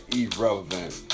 irrelevant